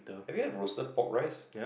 have you had roasted pork rice